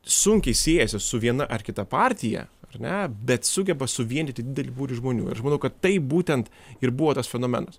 sunkiai siejasi su viena ar kita partija ar ne bet sugeba suvienyti didelį būrį žmonių ir aš manau kad tai būtent ir buvo tas fenomenas